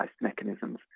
mechanisms